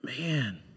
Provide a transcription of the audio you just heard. Man